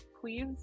please